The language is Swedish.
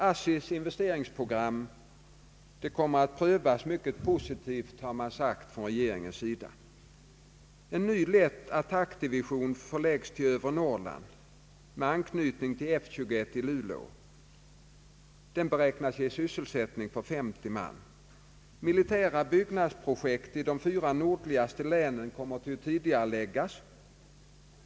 ASSI:s investeringsprogram kommer att prövas mycket positivt av regeringen, har man sagt. En ny lätt attackdivision förläggs till övre Norrland med anknytning till F 21 i Luleå. Den beräknas ge sysselsättning för 50 man. Militära byggnadsprojekt i de fyra nordligaste länen kommer att tidigareläggas.